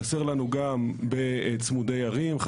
חסר לנו גם בצמודי ערים,